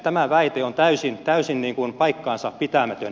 tämä väite on täysin paikkansapitämätön